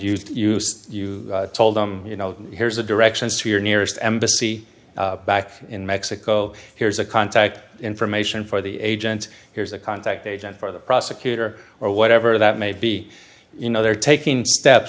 use you told them you know here's the directions to your nearest embassy back in mexico here's a contact information for the agent here's a contact agent for the prosecutor or whatever that may be you know they're taking steps